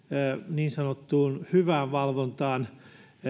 niin sanottuun hyvään valvontaan